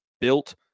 built